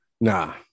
Nah